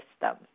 system